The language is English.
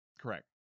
Correct